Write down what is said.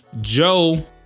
Joe